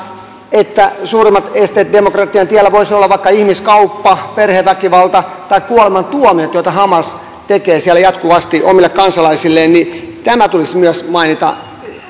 että suurimmat esteet demokratian tiellä voisivat olla vaikka ihmiskauppa perheväkivalta tai kuolemantuomiot joita hamas tekee siellä jatkuvasti omille kansalaisilleen niin tämä tulisi myös mainita